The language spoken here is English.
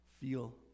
feel